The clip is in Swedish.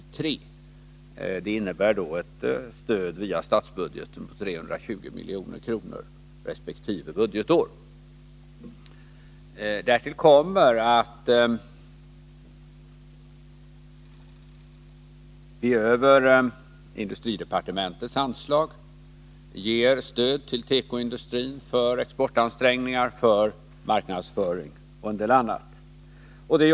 Det innebär då ett stöd via statsbudgeten på 320 milj.kr. resp. budgetår. Därtill kommer att vi över industridepartementets anslag ger stöd till tekoindustrin för exportansträngningar, marknadsföring och en del annat.